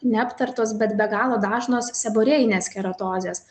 neaptartos bet be galo dažnos seborėjinės keratozės